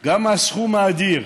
גם הסכום האדיר,